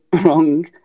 wrong